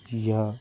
या